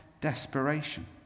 desperation